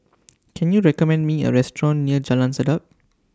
Can YOU recommend Me A Restaurant near Jalan Sedap